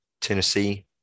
Tennessee